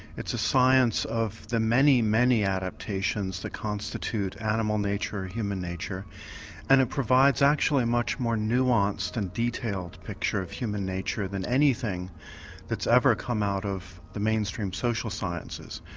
it's a science of the many, many adaptations that constitute animal nature human nature and it provides actually much more nuanced and detailed picture of human nature than anything that's ever come out of the mainstream social sciences.